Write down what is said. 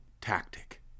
tactic